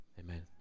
amen